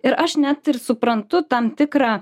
ir aš net ir suprantu tam tikrą